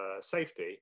safety